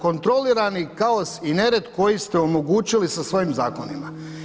Kontrolirani kaos i nered koji ste omogućili sa svojim zakonima.